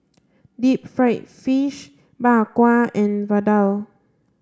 deep fried fish Bak Kwa and Vadai